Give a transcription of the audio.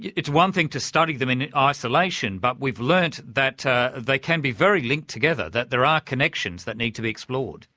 it's one thing to study them in isolation, but we've learnt that they can be very linked together, that there are connections that need to be explored.